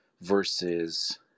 versus